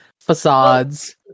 Facades